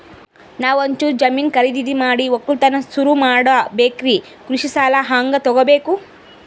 ನಾ ಒಂಚೂರು ಜಮೀನ ಖರೀದಿದ ಮಾಡಿ ಒಕ್ಕಲತನ ಸುರು ಮಾಡ ಬೇಕ್ರಿ, ಕೃಷಿ ಸಾಲ ಹಂಗ ತೊಗೊಬೇಕು?